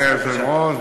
אדוני היושב-ראש,